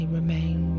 remain